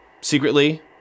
secretly